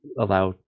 allow